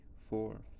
four